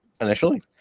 initially